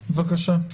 בבקשה.